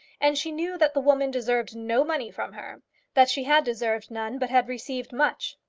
and she knew that the woman deserved no money from her that she had deserved none, but had received much.